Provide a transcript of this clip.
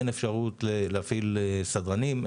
אין אפשרות להפעיל סדרנים,